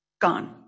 gone